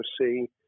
see